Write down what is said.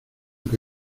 que